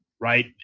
right